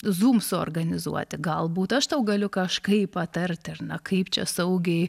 zum suorganizuoti galbūt aš tau galiu kažkaip patarti ar na kaip čia saugiai